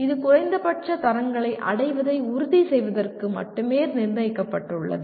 இது குறைந்தபட்ச தரங்களை அடைவதை உறுதி செய்வதற்கு மட்டுமே நிர்ணயிக்கப்பட்டுள்ளது